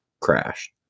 crashed